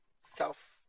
self